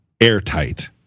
airtight